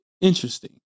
interesting